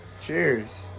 Cheers